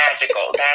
magical